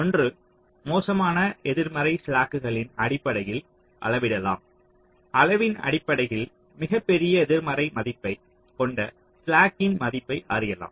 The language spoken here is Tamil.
ஒன்று மோசமான எதிர்மறை ஸ்லாக்குகளின் அடிப்படையில் அளவிடலாம் அளவின் அடிப்படையில் மிகப் பெரிய எதிர்மறை மதிப்பை கொண்ட ஸ்லாக்கின் மதிப்பை அறியலாம்